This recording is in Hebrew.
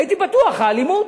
הייתי בטוח, האלימות.